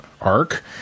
arc